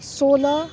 सोह्र